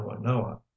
Noah